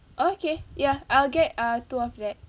okay ya I'll get uh two of that